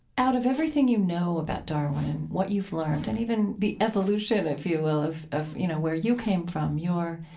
out of everything you know about darwin and what you've learned and even the evolution, if you will, of, you know, where you came from, your